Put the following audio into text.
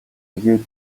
тэгээд